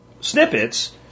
snippets